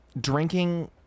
drinking